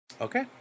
okay